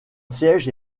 siège